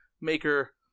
maker